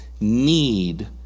need